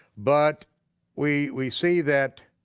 but we we see that